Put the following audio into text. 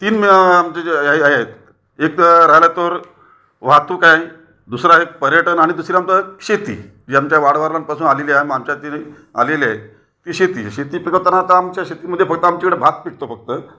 तीन आमचे जे ह्याही आहेत एक तर राह्यला तर वहातूक आहे दुसरा एक पर्यटन आणि तिसरा आमचं शेती जी आमच्या वाडवडलांपासून आलेली आहे आमच्या ती आलेली आहे ती शेती शेती पिकवताना आता आमच्या शेतीमध्ये फक्त आमच्याकडे भात पिकतो फक्त